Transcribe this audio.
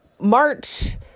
March